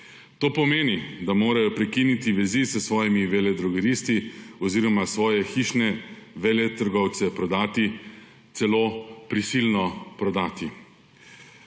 To pomeni, da morajo prekiniti vezi s svojimi veledrogeristi oziroma svoje hišne veletrgovce prodati, celo prisilno prodati.